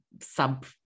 sub